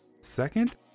Second